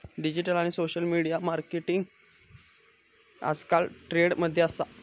digital आणि social media marketing आजकल trend मध्ये असा